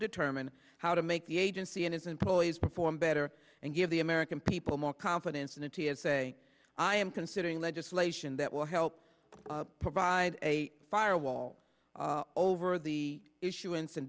determine how to make the agency and its employees perform better and give the american people more confidence in the t s a i am considering legislate that will help provide a firewall over the issuance and